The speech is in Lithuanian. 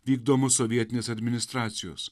vykdomus sovietinės administracijos